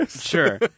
Sure